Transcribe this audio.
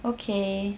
okay